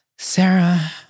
Sarah